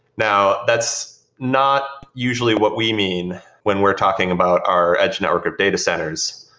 now that's not usually what we mean when we're talking about our edge network of data centers.